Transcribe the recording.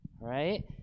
right